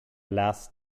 last